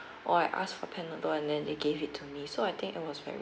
or I asked for panadol and then they gave it to me so I think it was very